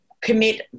commit